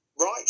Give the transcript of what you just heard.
Right